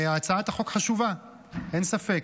הצעת החוק חשובה, אין ספק.